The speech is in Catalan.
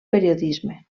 periodisme